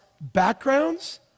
backgrounds